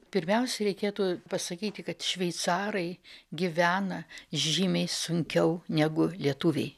pirmiausia reikėtų pasakyti kad šveicarai gyvena žymiai sunkiau negu lietuviai